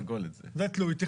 זה תלוי תכנון.